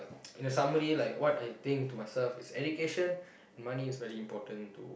somebody like what I think to myself is education money is very important to